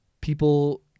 people